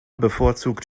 bevorzugt